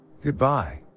Goodbye